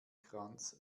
kranz